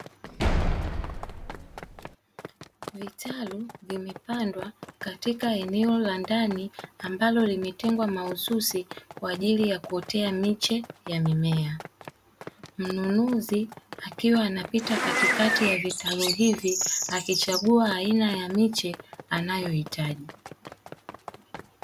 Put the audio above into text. Vitalu vimepandwa katika eneo la ndani, ambalo limetengwa mahususi kwa ajili ya kuoteshea miche ya mimea. Mnunuzi akiwa anapita katikati ya vitalu hivi, akichagua aina ya miche anayohitaji.